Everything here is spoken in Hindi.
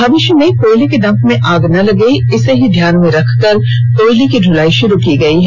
भविष्य में कोयले के डंप में आग नहीं लगे इसे ही ध्यान में रखकर कोयले की दुलाई शुरू की गई है